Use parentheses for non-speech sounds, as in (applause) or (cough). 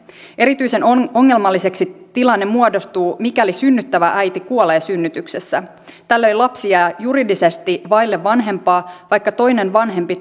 erityisen ongelmalliseksi tilanne muodostuu mikäli synnyttävä äiti kuolee synnytyksessä tällöin lapsi jää juridisesti vaille vanhempaa vaikka toinen vanhempi (unintelligible)